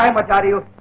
um like are you